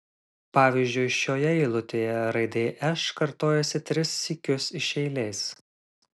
pavyzdžiui šioje eilutėje raidė š kartojasi tris sykius iš eilės